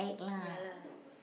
ya lah